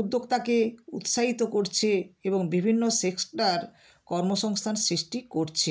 উদ্যোক্তাকে উৎসাহিত করছে এবং বিভিন্ন সেক্টর কর্মসংস্থান সৃষ্টি করছে